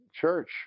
church